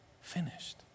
Finished